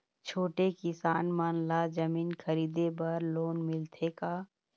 छोटे किसान मन ला जमीन खरीदे बर लोन मिलथे का?